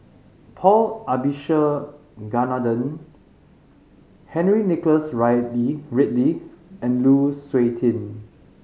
Paul Abisheganaden Henry Nicholas Ridley and Lu Suitin